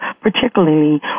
particularly